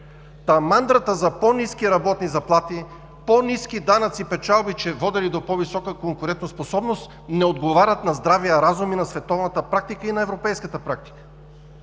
Та мантрата за по-ниски работни заплати, по-ниски данъци печалби, че водели до по-висока конкурентоспособност, не отговаря на здравия разум и на световната практика, и на европейската практика.